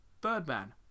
Birdman